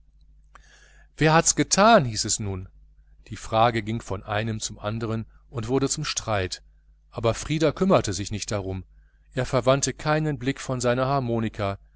wer hat's getan hieß es nun die frage ging von einem zum andern und wurde zum streit aber frieder kümmerte sich nicht darum er verwandte keinen blick von seiner harmonika